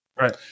Right